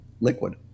liquid